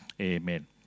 Amen